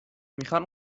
میخان